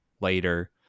later